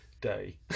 day